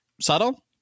subtle